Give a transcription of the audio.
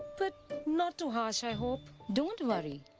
but not too harsh, i hope. don't worry.